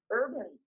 urban